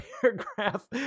paragraph